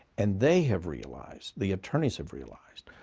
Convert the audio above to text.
and they have realized, the attorneys have realized,